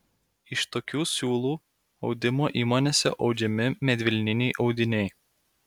iš tokių siūlų audimo įmonėse audžiami medvilniniai audiniai